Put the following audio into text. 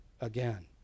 again